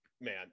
Man